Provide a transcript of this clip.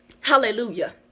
hallelujah